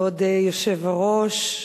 כבוד היושב-ראש,